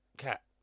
Cat